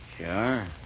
Sure